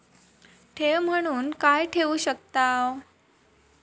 ठेव म्हणून काय ठेवू शकताव?